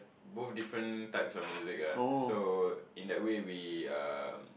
both different types of music ah so in that way we um